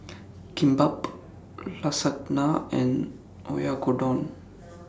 Kimbap Lasagna and Oyakodon